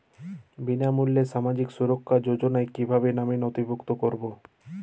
বিনামূল্যে সামাজিক সুরক্ষা যোজনায় কিভাবে নামে নথিভুক্ত করবো?